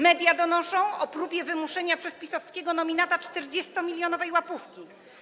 Media donoszą o próbie wymuszenia przez PiS-owskiego nominata 40-milionowej łapówki.